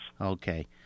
Okay